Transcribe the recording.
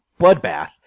Bloodbath